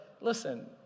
listen